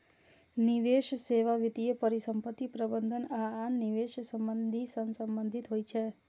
निवेश सेवा वित्तीय परिसंपत्ति प्रबंधन आ आन निवेश संबंधी सेवा सं संबंधित होइ छै